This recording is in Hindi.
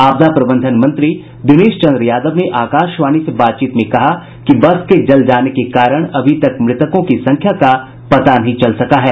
आपदा प्रबंधन मंत्री दिनेश चन्द्र यादव ने आकाशवाणी से बातचीत में कहा कि बस के जल जाने के कारण अभी तक मृतकों की संख्या का पता नहीं चल सका है